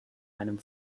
einem